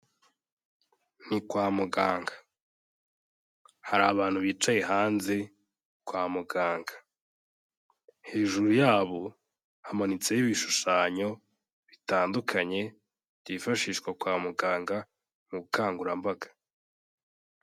Ni kwa muganga hari abantu bicaye hanze kwa muganga, hejuru yabo hamanitseho ibishushanyo bitandukanye byifashishwa kwa muganga mu bukangurambaga.